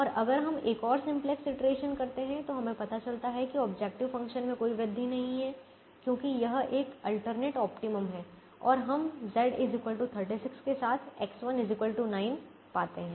और अगर हम एक और सिम्प्लेक्स इटरेशन करते हैं तो हमें पता चलता है कि ऑब्जेक्टिव फ़ंक्शन में कोई वृद्धि नहीं है क्योंकि यह एक अल्टरनेट ऑप्टिमम है और हम z 36 के साथ X1 9 पाते हैं